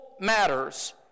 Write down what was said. matters